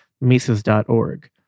Mises.org